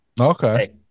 okay